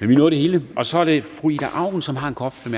Men vi nåede det hele. Så er det fru Ida Auken, som har en kort